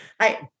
Hi